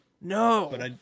No